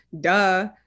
duh